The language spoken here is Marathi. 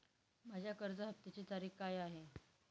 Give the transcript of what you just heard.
माझ्या कर्ज हफ्त्याची तारीख काय आहे?